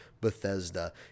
Bethesda